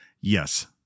Yes